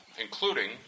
including